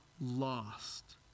lost